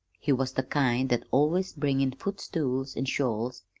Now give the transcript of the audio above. he was the kind that's always bringin' footstools and shawls,